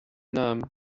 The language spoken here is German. namen